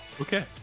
Okay